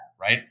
Right